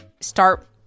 start